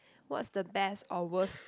what's the best or worst